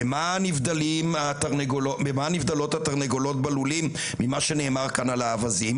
במה נבדלות התרנגולות בלולים ממה שנאמר כאן על האווזים?